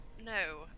no